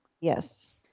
Yes